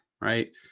Right